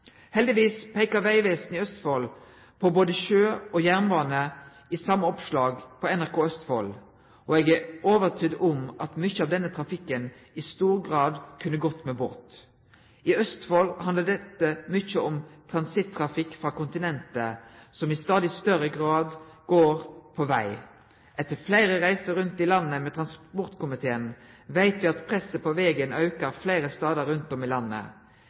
Heldigvis peika Vegvesenet i Østfold på både sjø og jernbane i same oppslaget på NRK Østfold, og eg er overtydd om at mykje av denne trafikken i stor grad kunne gått med båt. I Østfold handlar dette mykje om transittrafikk frå kontinentet, som i stadig større grad går på veg. Etter fleire reiser rundt i landet med transportkomiteen veit me at presset på vegen aukar fleire stader rundt om i landet.